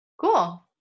Cool